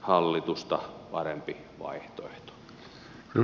hallitusta parempi vaihtoehto